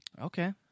Okay